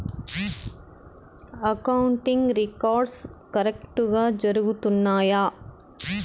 accounting records కరెక్టుగా జరుగుతున్నాయా